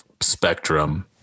spectrum